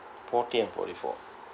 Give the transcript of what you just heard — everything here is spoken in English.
forty and forty four